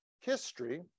history